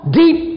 deep